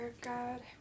God